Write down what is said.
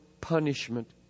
punishment